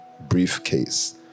briefcase